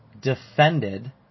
defended